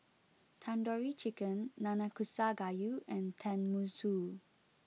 Tandoori Chicken Nanakusa gayu and Tenmusu